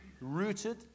rooted